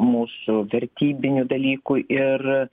mūsų vertybinių dalykų ir